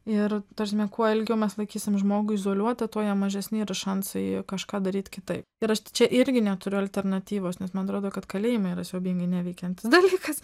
ir ta prasme kuo ilgiau mes laikysim žmogų izoliuotą tuo jie mažesni yra šansai kažką daryt kitaip ir aš čia irgi neturiu alternatyvos nes man atrodo kad kalėjimai yra siaubingai neveikiantis dalykas